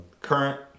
current